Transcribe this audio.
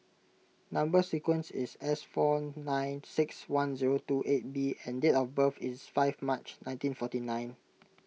Number Sequence is S four nine six one zero two eight B and date of birth is five March nineteen forty nine